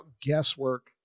guesswork